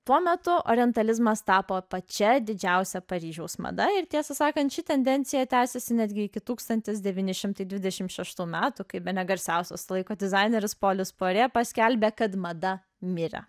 tuo metu orientalizmas tapo pačia didžiausia paryžiaus mada ir tiesą sakant ši tendencija tęsėsi netgi iki tūkstantis devyni šimtai dvidešimt šeštų metų kai bene garsiausias to laiko dizaineris polis parė paskelbė kad mada mirė